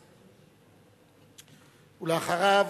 ואחריו,